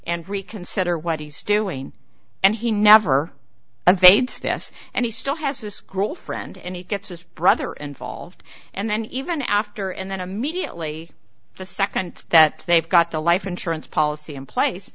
and reconsider what he's doing and he never and they do this and he still has this great friend and he gets his brother and solved and then even after and then immediately the second that they've got the life insurance policy in place